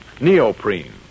neoprene